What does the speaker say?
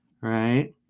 right